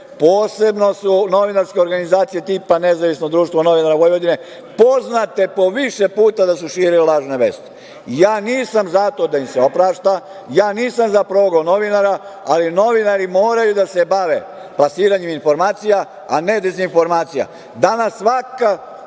Posebno su novinarske organizacije, tipa Nezavisno društvo novinara Vojvodine, poznate da su širile lažne vesti. Nisam za to da im se oprašta. Nisam za progon novinara, ali novinari moraju da se bave plasiranjem informacija, a ne dezinformacija. Danas svaka,